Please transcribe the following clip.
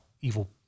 evil